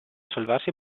salvarsi